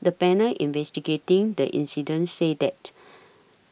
the panel investigating the incident said that